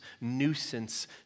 nuisance